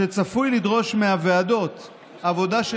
וצפוי לדרוש מהוועדות עבודה של